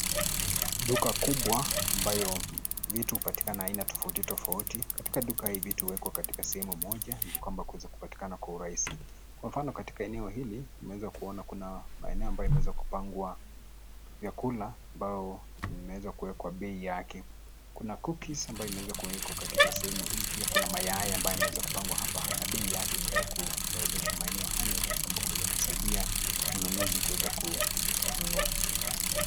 Duka kubwa ambayo vitu hupatikana za aina tofauti tofauti katika duka hii vitu huwekwa katika sehemu moja kwamba kueza kupatikana kwa urahisi. Kwa mfano katika eneo hili tunaweza kuona kuna maeneo ambayo imeweza kupangwa vyakula ambayo imeweza kuekwa bei yake. Kuna cookies ambayo imeweza kuwekwa katika sehemu hii kuna mayai ambayo imeweza kupangwa hapa na bei yake imeweza kuorodheshwa maeneo haya ili kuweza kumsaidia mnunuzi kuweza kununua.